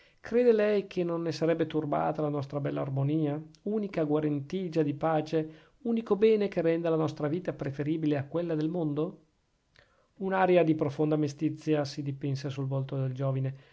crede lei che non ne sarebbe turbata la nostra bella armonia unica guarentigia di pace unico bene che renda la nostra vita preferibile a quella del mondo un'aria di profonda mestizia si dipinse sul volto del giovine